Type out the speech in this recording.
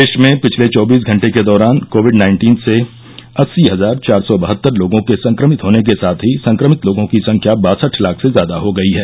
देश में पिछले चौबीस घंटे के दौरान कोविड नाइन्टीन से अस्सी हजार चार सौ बहत्तर लोगों के संक्रमित होने के साथ ही संक्रमित लोगों की संख्या बासठ लाख से ज्यादा हो गई है